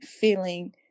feeling